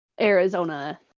Arizona